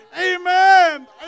Amen